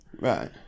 right